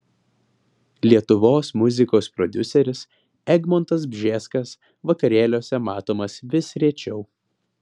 lietuvos muzikos prodiuseris egmontas bžeskas vakarėliuose matomas vis rečiau